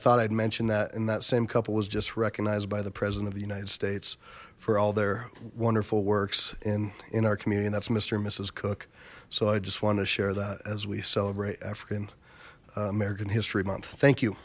thought i'd mention that and that same couple was just recognized by the president of the united states for all their wonderful works in in our community that's mister and misess cooke so i just want to share that as we celebrate african american history month thank you